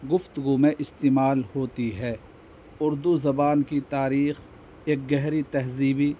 گفتگو میں استعمال ہوتی ہے اردو زبان کی تاریخ ایک گہری تہذیبی